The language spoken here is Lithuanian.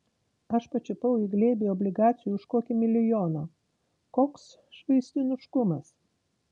aš pačiupau į glėbį obligacijų už kokį milijoną koks švaistūniškumas